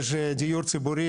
יש דיור ציבורי,